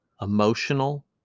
emotional